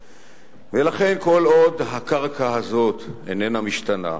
ולכן, כל עוד הקרקע הזאת אינה משתנה,